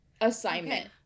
assignment